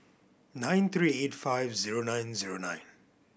nine three eight five zero nine zero nine